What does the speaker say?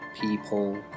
people